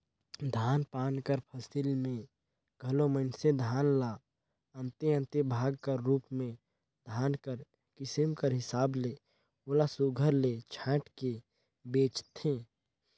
धान पान कर फसिल में घलो मइनसे धान ल अन्ते अन्ते भाग कर रूप में धान कर किसिम कर हिसाब ले ओला सुग्घर ले छांएट के बेंचथें